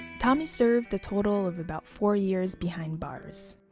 tommy served a total of about four years behind bars.